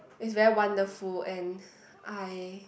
it's very wonderful and I